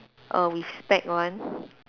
err with spec one